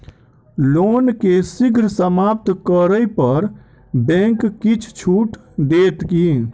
loan केँ शीघ्र समाप्त करै पर बैंक किछ छुट देत की